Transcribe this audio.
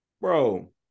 bro